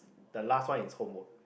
the last one is homework